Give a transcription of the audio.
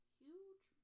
huge